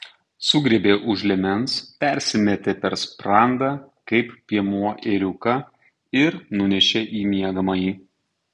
sugriebė už liemens persimetė per sprandą kaip piemuo ėriuką ir nunešė į miegamąjį